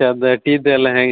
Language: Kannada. ಚಾದ್ದು ಟೀದ್ದು ಎಲ್ಲ ಹ್ಯಾಂಗೆ